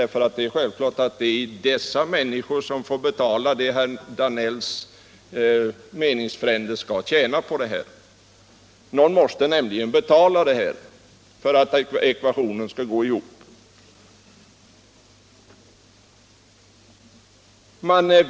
För honom är det självklart att hyresgästerna får betala vad herr Danells meningsfränder skall tjäna. Någon måste nämligen betala för att ekvationen skall gå ihop.